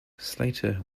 slater